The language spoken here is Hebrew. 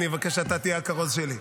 אני אבקש שאתה תהיה הכרוז שלי.